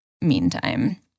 meantime